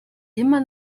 immer